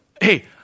hey